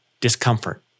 discomfort